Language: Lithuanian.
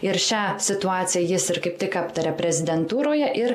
ir šią situaciją jis ir kaip tik aptarė prezidentūroje ir